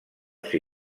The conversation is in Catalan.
ser